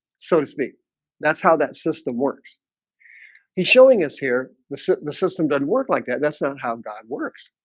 so to speak that's how that system works he's showing us here. the system the system doesn't work like that. that's not how god works